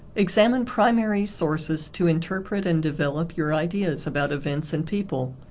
examine primary sources to interpret and develop your ideas about events and people.